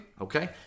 Okay